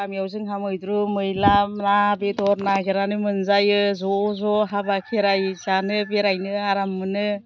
गामियाव जोंहा मैद्रु मैला ना बेदर नागिरनानै मोनजायो ज' ज' हाबा खेराइ जानो बेरायनो आराम मोनो